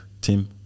team